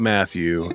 Matthew